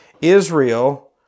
Israel